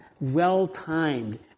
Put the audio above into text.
well-timed